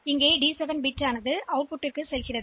எனவே இந்த D 7 bit 0 வெளியீட்டிற்கு செல்லும்